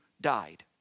died